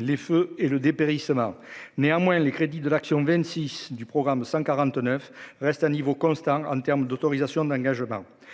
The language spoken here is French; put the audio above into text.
les feux et le dépérissement néanmoins les crédits de l'action vingt-six du programme 149 reste à niveau constant en termes d'autorisations d'engagement,